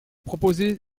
proposez